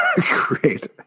Great